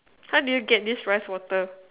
how do you get this rice water